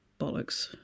Bollocks